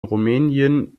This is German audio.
rumänien